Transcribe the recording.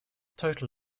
total